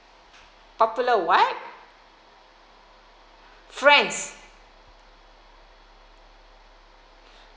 popular what france